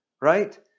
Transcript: right